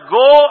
go